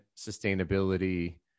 sustainability